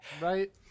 right